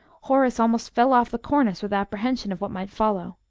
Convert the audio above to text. horace almost fell off the cornice with apprehension of what might follow.